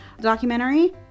documentary